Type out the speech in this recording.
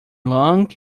long